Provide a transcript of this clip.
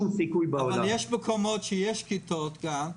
אבל יש מקומות שיש כיתות גן,